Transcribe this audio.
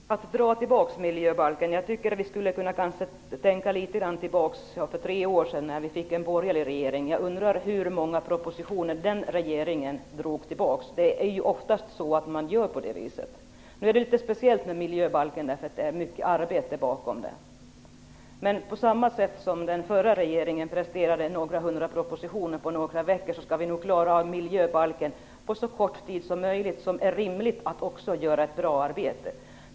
Herr talman! Apropå att dra tillbaka miljöbalken tycker jag att vi kanske skulle kunna tänka litet grand tillbaka, till för tre år sedan, när vi fick en borgerlig regering. Jag undrar hur många propositioner den regeringen drog tillbaka. Man gör oftast på det viset. Nu är det litet speciellt med miljöbalken, eftersom det ligger mycket arbete bakom den. Men på samma sätt som den förra regeringen presterade några hundra propositioner på några veckor skall vi nog klara av miljöbalken på så kort tid som är möjligt och rimligt med tanke på att vi också skall göra ett bra arbete.